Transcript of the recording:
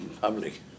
public